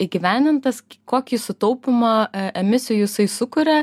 įgyvendintas kokį sutaupymą emisijų jisai sukuria